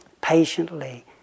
patiently